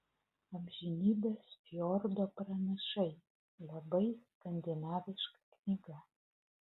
amžinybės fjordo pranašai labai skandinaviška knyga